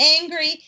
angry